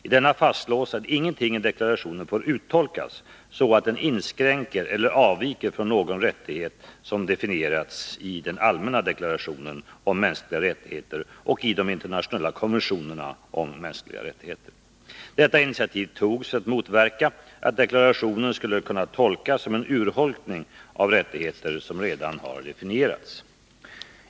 I denna fastslås att ingenting i deklarationen får uttolkas så att den inskränker eller avviker från någon rättighet som definierats i den allmänna deklarationen om mänskliga rättigheter och i de internationella konventionerna om mänskliga rättigheter. Detta initiativ togs för att motverka att deklarationen skulle kunna tolkas som en urholkning av rättigheter som redan definierats.